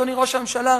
אדוני ראש הממשלה,